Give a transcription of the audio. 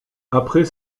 après